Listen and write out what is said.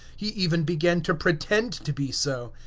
he even began to pretend to be so.